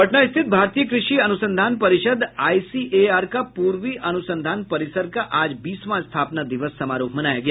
पटना स्थित भारतीय कृषि अनुसंधान परिषद आईसीएआर का पूर्वी अनुसंधान परिसर का आज बीसवां स्थापना दिवस समारोह मनाया गया